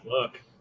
look